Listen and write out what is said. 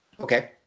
Okay